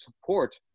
support